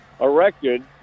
erected